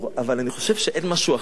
אבל אני חושב שאין משהו אחר,